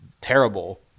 terrible